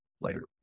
later